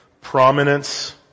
prominence